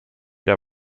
der